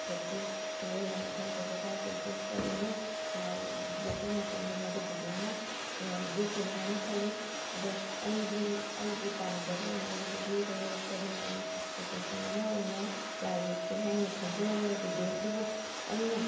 practice ꯇꯣꯏꯅ ꯃꯊꯧ ꯇꯧꯕ ꯇꯥꯏ ꯄ꯭ꯔꯦꯛꯇꯤꯁ ꯇꯧꯔꯤꯉꯩ ꯂꯥꯏ ꯌꯦꯛꯄ ꯃꯇꯝꯗ ꯃꯗꯨ ꯐꯖꯅ ꯌꯦꯛꯀꯅꯤ ꯍꯥꯏꯅ ꯈꯜꯂꯤ ꯑꯗꯣ ꯑꯩꯗꯤ ꯑꯩꯒꯤ ꯄꯥꯝꯖꯕ ꯑꯣꯏꯅ ꯑꯩꯒꯤ ꯍꯣꯕꯤꯁ ꯑꯣꯏꯅ ꯌꯦꯛꯆꯕꯅꯦ ꯑꯩ ꯄ꯭ꯔꯣꯐꯦꯁꯟ ꯑꯃ ꯑꯣꯏꯅ ꯂꯥꯏ ꯌꯦꯛꯀꯦ ꯍꯥꯏꯅ ꯈꯟꯖꯔꯨꯗꯦ ꯑꯗꯨꯕꯨ ꯑꯩꯅ